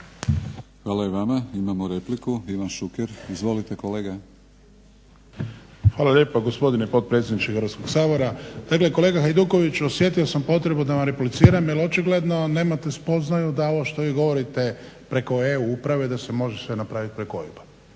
Hvala i vama. Imamo repliku Ivan Šuker. Izvolite kolega. **Šuker, Ivan (HDZ)** Hvala lijepa gospodine potpredsjedniče Hrvatskog sabora. Dakle kolega Hajdukoviću osjetio sam potrebu da vam repliciram jer očigledno nemate spoznaju da ovo što vi govorite preko eu uprave da se sve može napraviti preko